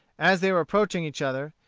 as they were approaching each other,